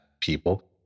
people